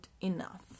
enough